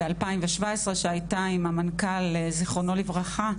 ב-2017 שהייתה עם המנכ"ל זיכרונו לברכה,